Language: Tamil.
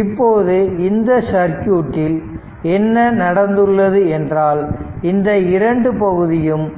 இப்போது இந்த சர்க்யூட்டில் என்ன நடந்துள்ளது என்றால் இந்த இரண்டு பகுதியும்